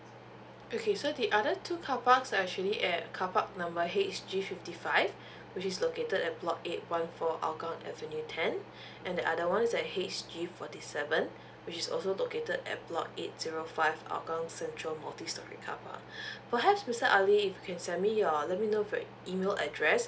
okay so the other two carparks are actually at carpark number H G fifty five which is located at block eight one four hougang avenue ten and the other one is at H G forty seven which is also located at block eight zero five hougang central multi storey carpark perhaps mister ali if you can send me your let me know your email address